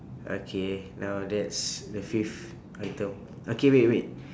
okay now that's the fifth item okay wait wait